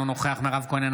אינו נוכח מירב כהן,